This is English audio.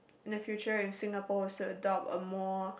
in the future when Singapore was to adopt a more